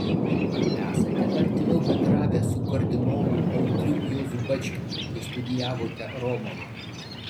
ar esate artimiau bendravęs su kardinolu audriu juozu bačkiu kai studijavote romoje